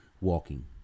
walking